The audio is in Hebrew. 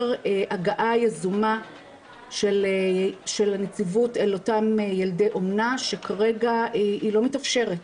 הגעה יזומה של הנציבות אל אותם ילדי אומנה שכרגע היא לא מתאפשרת.